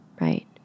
right